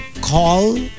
call